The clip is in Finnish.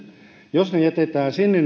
jos ne jätetään sinne